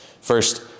First